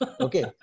Okay